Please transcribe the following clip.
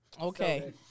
Okay